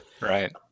Right